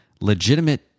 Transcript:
legitimate